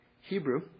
Hebrew